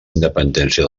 independència